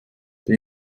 der